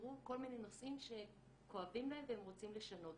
איתרו כל מיני נושאים שכואבים להם והם רוצים לשנות.